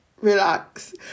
relax